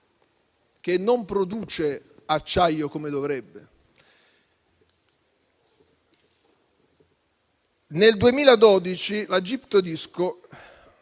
che non produce acciaio come dovrebbe. Nel 2012 il gip Todisco